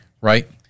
right